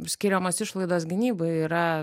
skiriamos išlaidos gynybai yra